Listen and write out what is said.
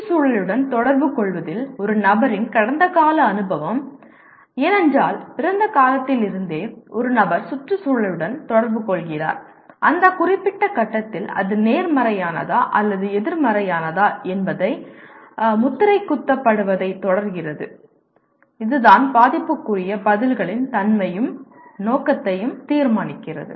சுற்றுச்சூழலுடன் தொடர்புகொள்வதில் ஒரு நபரின் கடந்தகால அனுபவம் ஏனென்றால் பிறந்த காலத்திலிருந்தே ஒரு நபர் சுற்றுச்சூழலுடன் தொடர்பு கொள்கிறார் அந்த குறிப்பிட்ட கட்டத்தில் அது நேர்மறையானதா அல்லது எதிர்மறையானதா என்பது முத்திரை குத்தப்படுவதைத் தொடர்கிறது இதுதான் பாதிப்புக்குரிய பதில்களின் தன்மையையும் நோக்கத்தையும் தீர்மானிக்கிறது